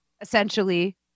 essentially